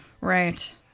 Right